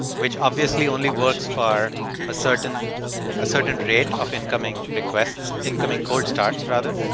which obviously only works for a certain certain rate of incoming requests, incoming cold start rather.